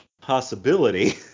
possibility